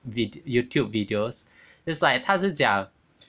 the vi~ youtube videos it's like 他是讲